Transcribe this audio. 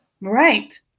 Right